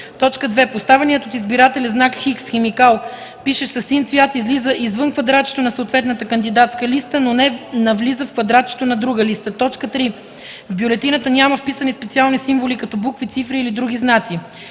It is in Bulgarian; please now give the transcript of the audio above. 2. поставеният от избирателя знак „Х” с химикал, пишещ със син цвят, излиза извън квадратчето на съответната кандидатска листа, но не навлиза в квадратчето на друга листа; 3. в бюлетината няма вписани специални символи като букви, цифри или други знаци.